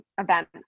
event